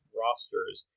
rosters